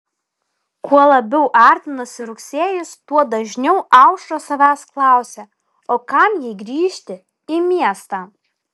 kuo labiau artinosi rugsėjis tuo dažniau aušra savęs klausė o kam jai grįžti į miestą